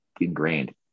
ingrained